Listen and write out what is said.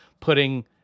putting